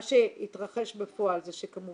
מה שהתרחש בפועל זה שכמובן